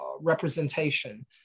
representation